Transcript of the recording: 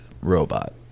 robot